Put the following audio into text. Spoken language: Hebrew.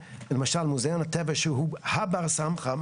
למשל מוזיאון הטבע שהוא ה-בר סמכא,